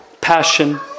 passion